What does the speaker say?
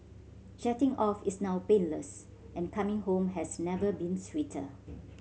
jetting off is now painless and coming home has never been sweeter